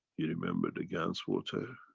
you remember the gans water